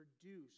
produce